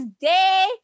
day